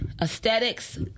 aesthetics